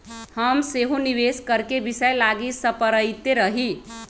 हम सेहो निवेश करेके विषय लागी सपड़इते रही